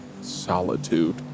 solitude